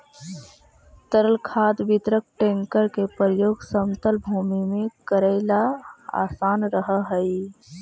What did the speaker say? तरल खाद वितरक टेंकर के प्रयोग समतल भूमि में कऽरेला असान रहऽ हई